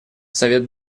совет